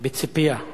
בציפייה.